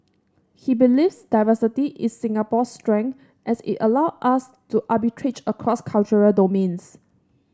he believes diversity is Singapore's strength as it allows us to arbitrage across cultural domains